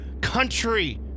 country